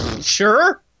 Sure